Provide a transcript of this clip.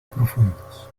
profundos